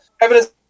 evidence